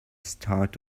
start